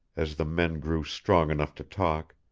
as the men grew strong enough to talk,